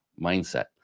mindset